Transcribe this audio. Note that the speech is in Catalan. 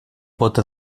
bóta